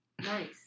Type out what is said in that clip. Nice